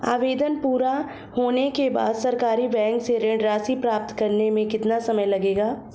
आवेदन पूरा होने के बाद सरकारी बैंक से ऋण राशि प्राप्त करने में कितना समय लगेगा?